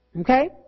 Okay